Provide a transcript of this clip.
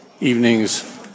evening's